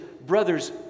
brother's